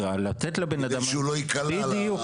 לתת לבן אדם --- כדי שהוא לא ייקלע ל בדיוק.